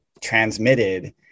transmitted